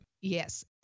Yes